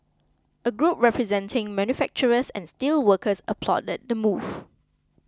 a group representing manufacturers and steelworkers applauded the move